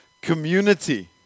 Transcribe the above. community